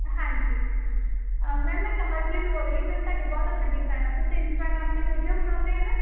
ਹਾਂਜੀ ਮੈਮ ਮੈਂ ਕਮਲਪ੍ਰੀਤ ਬੋਲ ਰਹੀ ਹਾਂ ਮੈਂ ਤੁਹਾਡੀ ਬਹੁਤ ਵੱਡੀ ਫੈਨ ਹਾਂ ਤੁਸੀਂ ਇਸਟਾਗ੍ਰਾਮ 'ਤੇ ਵੀਡੀਓ ਬਣਾਉਂਦੇ ਆ ਨਾ